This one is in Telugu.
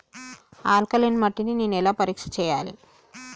ఆల్కలీన్ మట్టి ని నేను ఎలా పరీక్ష చేయాలి?